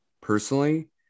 personally